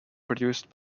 produced